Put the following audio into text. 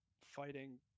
fighting